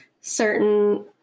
certain